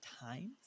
times